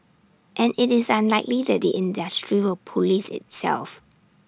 and IT is unlikely that the industry will Police itself